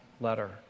letter